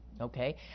Okay